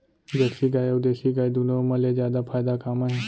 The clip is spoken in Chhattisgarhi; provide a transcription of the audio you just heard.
जरसी गाय अऊ देसी गाय दूनो मा ले जादा फायदा का मा हे?